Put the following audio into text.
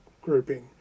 grouping